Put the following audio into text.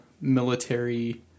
military